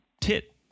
Tit